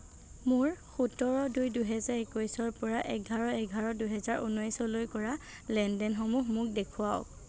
মোৰ সোতৰ দুই দুই হাজাৰ একৈশৰ পৰা এঘাৰ এঘাৰ দুই হাজাৰ উনৈশলৈ কৰা লেনদেনসমূহ মোক দেখুৱাওক